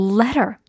letter